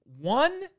One